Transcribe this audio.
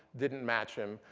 didn't match him.